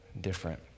different